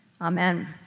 Amen